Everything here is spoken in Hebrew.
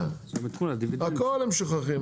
הכול הם שוכחים,